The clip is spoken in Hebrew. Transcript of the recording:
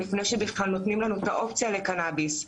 לפני שנותנים לנו אופציה לקנביס.